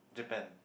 Japan